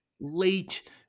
late